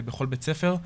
בכל בית ספר,